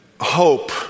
hope